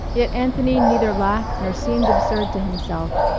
yet anthony neither laughed nor seemed absurd to himself.